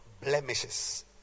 blemishes